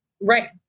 Right